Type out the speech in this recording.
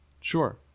Sure